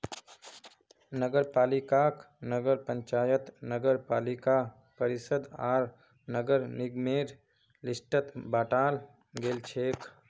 नगरपालिकाक नगर पंचायत नगरपालिका परिषद आर नगर निगमेर लिस्टत बंटाल गेलछेक